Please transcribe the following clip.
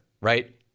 right